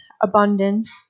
abundance